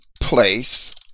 Place